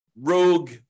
rogue